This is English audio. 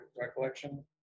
recollection